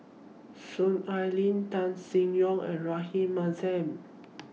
Soon Ai Ling Tan Seng Yong and Rahayu Mahzam